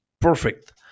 perfect